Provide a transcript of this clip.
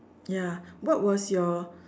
ya what was your